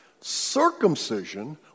circumcision